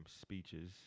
speeches